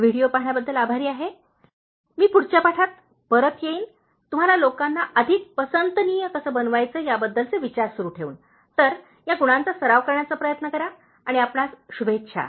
हा व्हिडिओ पाहण्याबद्दल आभारी आहे मी पुढच्या पाठात परत येईन तुम्हाला लोकांना अधिक पसंतनीय कसे बनवायचे याबद्दलचे विचार सुरू ठेवून तर या गुणांचा सराव करण्याचा प्रयत्न करा आणि आपणास शुभेच्छा